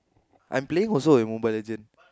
I'm playing also Mobile-Legend